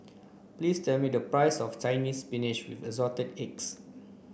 please tell me the price of Chinese Spinach with Assorted Eggs